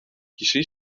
kişiyi